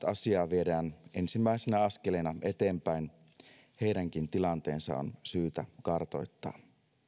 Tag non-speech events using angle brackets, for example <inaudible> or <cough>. <unintelligible> asiaa nyt viedään ensimmäisenä askeleena eteenpäin heidänkin tilanteensa on syytä kartoittaa